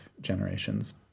generations